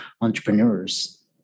entrepreneurs